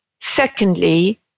Secondly